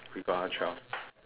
we got all twelve